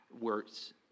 words